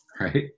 right